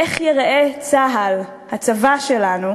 איך ייראה צה"ל, הצבא שלנו,